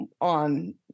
on